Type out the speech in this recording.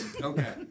Okay